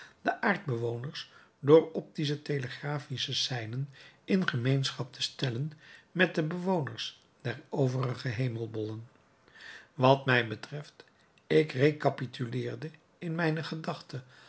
de aardbewoners door optische telegraphische seinen in gemeenschap te stellen met de bewoners der overige hemelbollen wat mij betreft ik recapituleerde in mijne gedachte